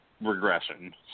regression